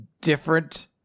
different